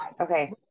Okay